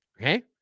Okay